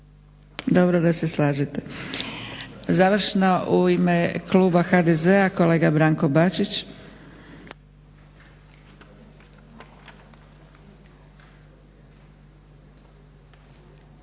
Dobro da se slažete. Završno u ime kluba HDZ-a kolega Branko Bačić.